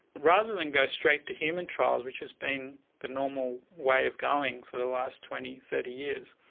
rather than go straight to human trials which has been the normal way of going for the last twenty, thirty years,